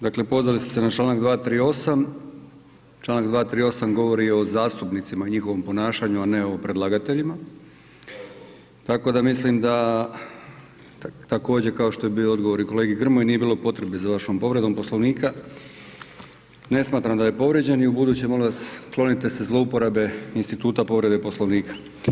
Dakle, pozvali ste se na čl. 238., čl. 238. govori o zastupnicima i njihovom ponašanju, a ne o predlagateljima, tako da mislim da također kao što je bio odgovor i kolegi Grmoji nije bilo potrebe za vašom povredom Poslovnika, ne smatram da je povrijeđen i ubuduće molim vas klonite se zlouporabe instituta povrede Poslovnika.